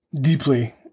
deeply